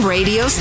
Radio